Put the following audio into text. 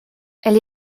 elle